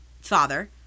father